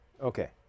Okay